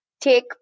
take